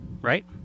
right